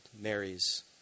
Mary's